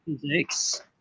physics